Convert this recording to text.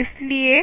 इसलिए